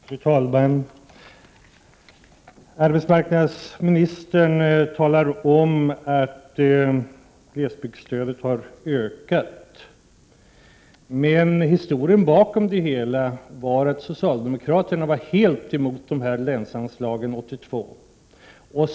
Fru talman! Arbetsmarknadsministern meddelade att glesbygdsstödet har ökat. Historien bakom det hela var att socialdemokraterna 1982 var helt emot länsanslagen.